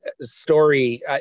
story